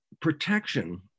Protection